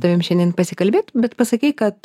tavim šiandien pasikalbėt bet pasakei kad